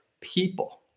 people